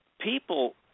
people